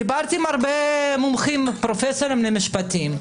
דיברתי עם הרבה מומחים, פרופסורים למשפטים.